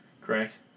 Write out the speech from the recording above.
Correct